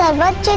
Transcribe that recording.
ah luck